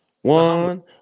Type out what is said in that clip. One